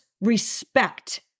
respect